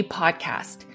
podcast